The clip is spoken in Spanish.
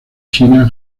china